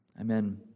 Amen